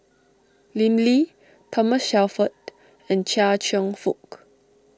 Lim Lee Thomas Shelford and Chia Cheong Fook